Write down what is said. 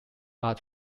art